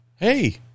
Hey